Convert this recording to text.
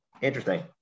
Interesting